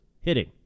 hitting